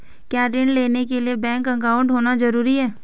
क्या ऋण लेने के लिए बैंक अकाउंट होना ज़रूरी है?